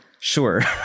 Sure